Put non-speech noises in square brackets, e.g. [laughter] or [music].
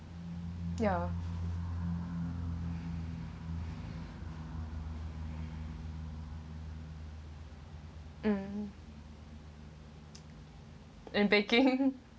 ya um in baking [laughs]